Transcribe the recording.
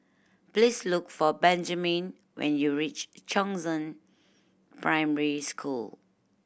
please look for Benjiman when you reach Chongzheng Primary School